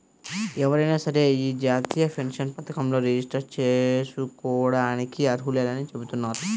ఎవరైనా సరే యీ జాతీయ పెన్షన్ పథకంలో రిజిస్టర్ జేసుకోడానికి అర్హులేనని చెబుతున్నారు